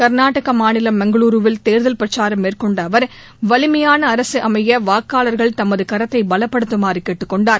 கர்நாடக மாநிலம் மங்களூருவில் தேர்தல் பிரச்சாரம் மேற்கொண்ட அவர் வலிமையான அரசு அமைய வாக்காளர்கள் தமது கரத்தை பலப்படுத்துமாறு கேட்டுக் கொண்டார்